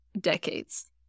decades